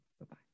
Bye-bye